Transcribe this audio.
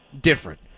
different